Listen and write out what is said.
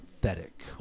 pathetic